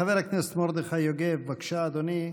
חבר הכנסת מרדכי יוגב, בבקשה, אדוני,